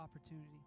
opportunity